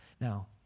Now